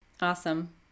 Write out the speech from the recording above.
Awesome